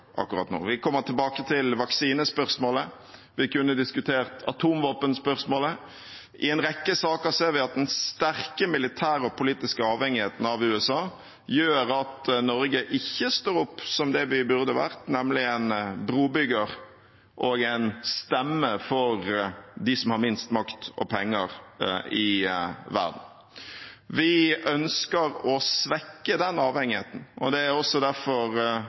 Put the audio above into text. akkurat nå. Vi kommer tilbake til vaksinespørsmålet, vi kunne diskutert atomvåpenspørsmålet. I en rekke saker ser vi at den sterke militære og politiske avhengigheten av USA gjør at Norge ikke står opp som det vi burde vært, nemlig en brobygger og en stemme for dem som har minst makt og penger i verden. Vi ønsker å svekke den avhengigheten, og det er også derfor